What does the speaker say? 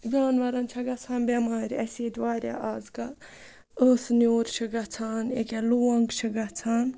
جاناوَارَن چھا گژھان بٮ۪مارِ اَسہِ ییٚتہِ واریاہ آزکَل ٲسہٕ نیوٗر چھِ گژھان أکیٛاہ لونٛگ چھِ گژھان